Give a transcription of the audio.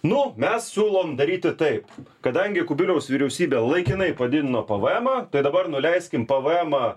nu mes siūlom daryti taip kadangi kubiliaus vyriausybė laikinai padidino pvmą tai dabar nuleiskim pvmą